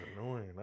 annoying